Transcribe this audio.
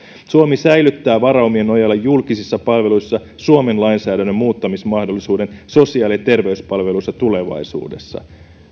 suomi säilyttää varaumien nojalla julkisissa palveluissa suomen lainsäädännön muuttamismahdollisuuden sosiaali ja terveyspalveluissa tulevaisuudessa